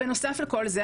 בנוסף לכל זה,